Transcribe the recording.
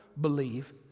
believe